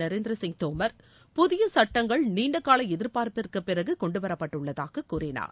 நரேந்திர சிங் தோமர் புதிய சட்டங்கள் நீண்ட கால எதிர்பார்ப்பிற்குப் பிறகு கொண்டுவரப்பட்டுள்ளதாக கூறினார்